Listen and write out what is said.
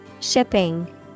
Shipping